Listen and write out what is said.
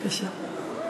בבקשה.